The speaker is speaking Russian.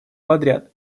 подряд